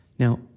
Now